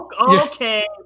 okay